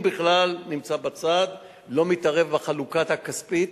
אני בכלל נמצא בצד, לא מתערב בחלוקה הכספית.